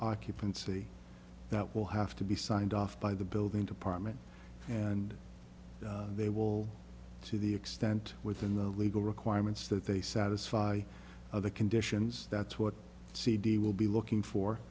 occupancy that will have to be signed off by the building to parliament and they will to the extent within the legal requirements that they satisfy the conditions that's what cd will be looking for